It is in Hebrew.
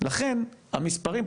לכן המספרים פה,